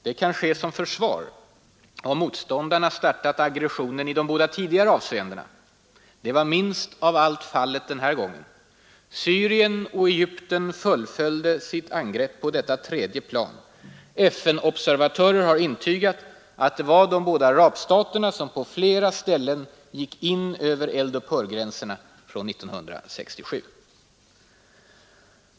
Det kan ske som försvar om motståndarna startat aggressionen i de båda tidigare avseendena. Det var minst av allt fallet den här gången. Syrien och Egypten fullföljde sitt angrepp på detta tredje plan. FN-observatörer har intygat att det var de båda arabstaterna som på flera ställen gick in över eldupphörgränserna från 1967.